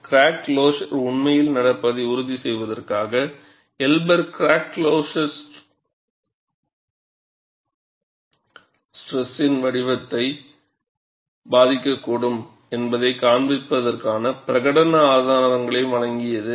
crack closure உண்மையில் நடப்பதை உறுதி செய்வதற்காக எல்பர் கிராக் க்ளோஸர் ஸ்ட்ரைஷன் வடிவத்தின் வடிவத்தை பாதிக்கக்கூடும் என்பதைக் காண்பிப்பதற்கான பிரகடன ஆதாரங்களையும் வழங்கியது